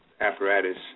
apparatus